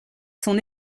son